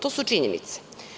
To su činjenice.